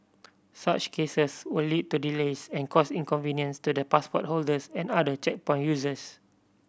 such cases will lead to delays and cause inconvenience to the passport holders and other checkpoint users